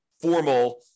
formal